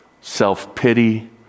self-pity